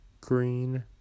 green